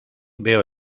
veo